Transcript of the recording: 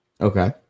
Okay